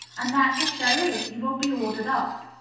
and that, if there is, he will be ordered up.